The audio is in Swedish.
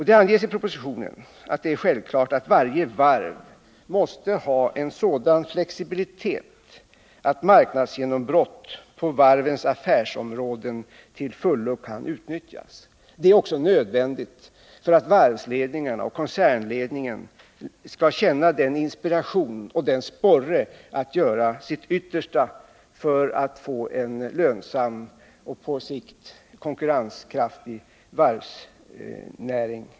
Det anges i propositionen att det är självklart att varje varv måste ha en sådan flexibilitet att marknadsgenombrott på varvens affärsområden till fullo kan utnyttjas. Det är också nödvändigt för att varvsledningen och koncernledningen skall känna inspiration och sporras att göra sitt yttersta för att få en lönsam och på sikt konkurrenskraftig varvsnäring.